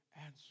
answer